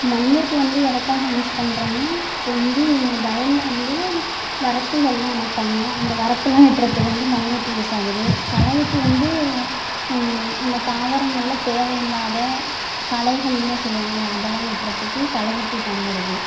மண்வெட்டி வந்து எதுக்காக யூஸ் பண்ணுறோன்னா இப்போ வந்து வயலில் வந்து வரப்புகள்லாம் அமைப்பாங்க அந்த வரப்புலாம் வெட்டுறதுக்கு வந்து மண்வெட்டி யூஸ் ஆகுது களைவெட்டி வந்து அந்த தாவரங்களில் தேவையில்லாத களைகள்ன்னு சொல்லுவாங்கள அதெல்லாம் வெட்டுறதுக்கு களைவெட்டி பயன்படுது